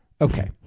Okay